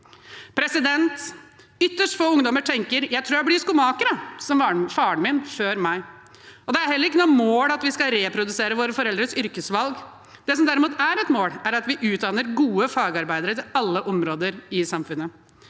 i magen». Ytterst få ungdommer tenker: Jeg tror jeg blir skomaker, jeg, som faren min før meg. Det er heller ikke noe mål at vi skal reprodusere våre foreldres yrkesvalg. Det som derimot er et mål, er at vi utdanner gode fagarbeidere til alle områder i samfunnet.